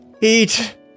Eat